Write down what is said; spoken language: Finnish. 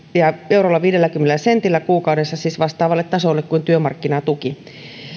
eurolla viidelläkymmenellä sentillä kuukaudessa siis vastaavalle tasolle kuin työmarkkinatuki